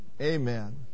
Amen